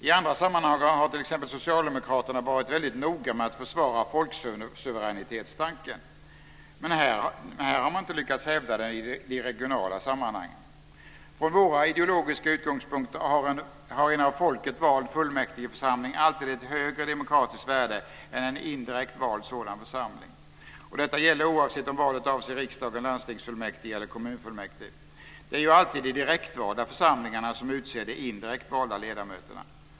I andra sammanhang är t.ex. socialdemokraterna alltid väldigt noga med att försvara folksuveränitetstanken. Men här har man inte lyckats hävda den i de regionala sammanhangen. Från våra ideologiska utgångspunkter har en av folket vald fullmäktigeförsamling alltid ett högre demokratiskt värde än en indirekt vald sådan församling. Detta gäller oavsett om valet avser riksdagen, landstingsfullmäktige eller kommunfullmäktige. Det är ju alltid de direktvalda församlingarna som utser de indirekt valda ledamöterna.